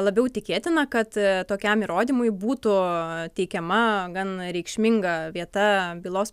labiau tikėtina kad tokiam įrodymui būtų teikiama gan reikšminga vieta bylos